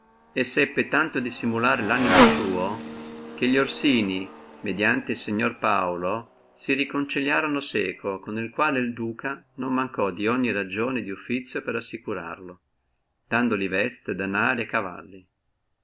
e seppe tanto dissimulare lanimo suo che li orsini mediante el signor paulo si riconciliorono seco con il quale el duca non mancò dogni ragione di offizio per assicurarlo dandoli danari veste e cavalli